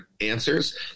answers